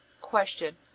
Question